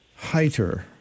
Heiter